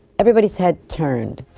everybody's head turned.